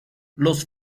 los